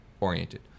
oriented